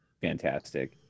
fantastic